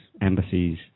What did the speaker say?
embassies